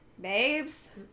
Babes